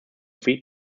free